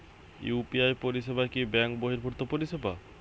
UPI পরিসেবা কি bank বর্হিভুত পরিসেবা?